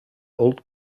old